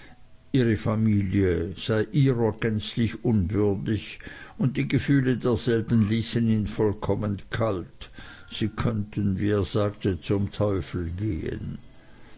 ihre familie sei ihrer gänzlich unwürdig und die gefühle derselben ließen ihn vollkommen kalt sie könnten wie er sagte zum teufel gehen